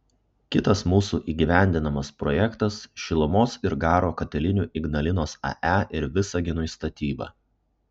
kitas mūsų įgyvendinamas projektas šilumos ir garo katilinių ignalinos ae ir visaginui statyba